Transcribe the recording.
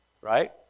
Right